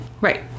right